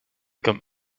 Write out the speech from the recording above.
comme